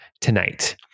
tonight